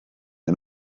and